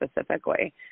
specifically